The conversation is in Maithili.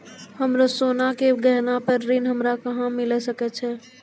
हमरो सोना के गहना पे ऋण हमरा कहां मिली सकै छै?